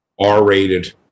R-rated